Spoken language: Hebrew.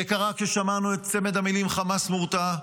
זה קרה כששמענו את צמד המילים חמאס מורתע,